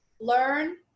learn